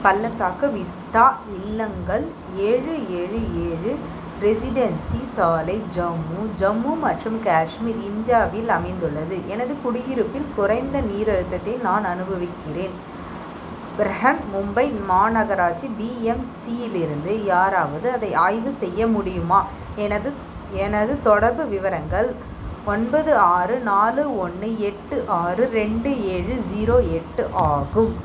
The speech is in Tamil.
பள்ளத்தாக்கு விஸ்டா இல்லங்கள் ஏழு ஏழு ஏழு ரெசிடென்சி சாலை ஜம்மு ஜம்மு மற்றும் காஷ்மீர் இந்தியாவில் அமைந்துள்ளது எனது குடியிருப்பில் குறைந்த நீர் அழுத்தத்தை நான் அனுபவிக்கிறேன் பிரஹன் மும்பை மாநகராட்சி பிஎம்சியிலிருந்து யாராவது அதை ஆய்வு செய்ய முடியுமா எனது எனது தொடர்பு விவரங்கள் ஒன்பது ஆறு நாலு ஒன்று எட்டு ஆறு ரெண்டு ஏழு ஸீரோ எட்டு ஆகும்